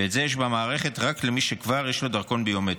ואת זה יש במערכת רק למי שכבר יש לו דרכון ביומטרי.